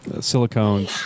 silicone